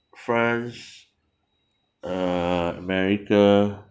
france uh america